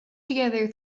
together